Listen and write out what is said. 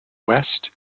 west